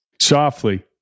softly